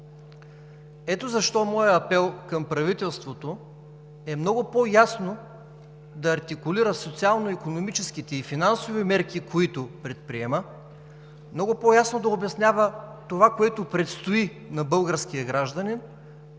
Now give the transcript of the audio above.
Ето защо моят апел към правителството е много по-ясно да артикулира социално-икономическите и финансови мерки, които предприема, много по-ясно да обяснява това, което предстои на българския гражданин,